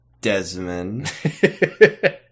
Desmond